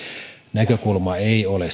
näkökulma ei ole